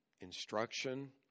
instruction